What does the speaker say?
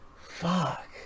fuck